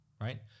right